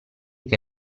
che